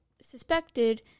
suspected